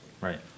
Right